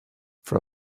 for